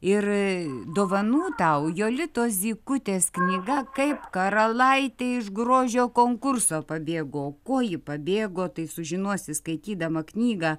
ir dovanų tau jolitos zykutės knyga kaip karalaitė iš grožio konkurso pabėgo ko ji pabėgo tai sužinosi skaitydama knygą